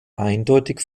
eindeutig